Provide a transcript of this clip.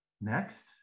next